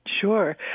Sure